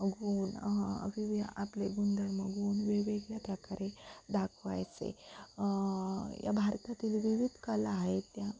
गुण विवि आपले गुणधर्म गुण वेगवेगळ्या प्रकारे दाखवायचे या भारतातील विविध कला आहे त्या